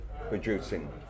producing